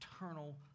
eternal